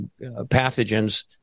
pathogens